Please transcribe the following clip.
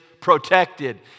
protected